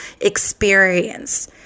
experience